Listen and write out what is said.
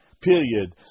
period